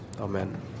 Amen